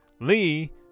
Lee